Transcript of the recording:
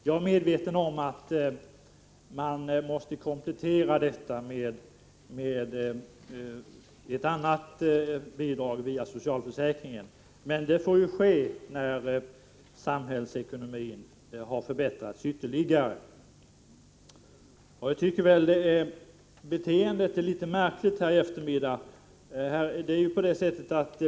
Jag är medveten om att det när det gäller anhörigvården behövs en komplettering med bidrag via socialförsäkringen, men detta får ske när samhällsekonomin har förbättrats ytterligare. Det beteende som visats här under eftermiddagen är litet märkligt.